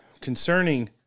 concerning